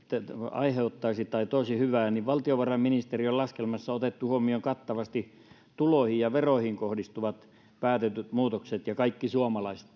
aiheuttaisi tai toisi hyvää niin valtiovarainministeriön laskelmassa on otettu huomioon kattavasti tuloihin ja veroihin kohdistuvat päätetyt muutokset ja kaikki suomalaiset